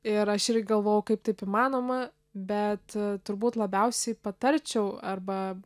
ir aš irgi galvojau kaip taip įmanoma bet turbūt labiausiai patarčiau arba